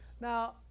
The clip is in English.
Now